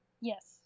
Yes